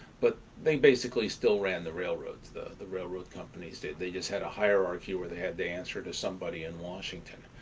but they basically still ran the railroads, the the railroad companies did. they just had a hierarchy where they had the answer to somebody in washington.